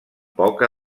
poca